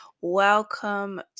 Welcome